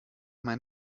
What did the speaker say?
mein